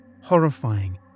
horrifying